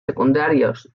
secundarios